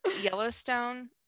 Yellowstone